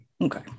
Okay